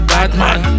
Batman